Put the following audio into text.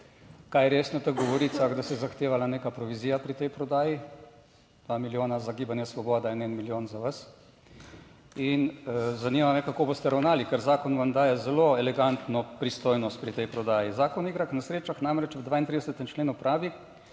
je res na teh govoricah, da se je zahtevala neka provizija pri tej prodaji, 2 milijona za Gibanje svoboda in en milijon za vas. In zanima me, kako boste ravnali, ker zakon vam daje zelo elegantno pristojnost pri tej prodaji. Zakon o igrah na srečah namreč v 32. členu pravi,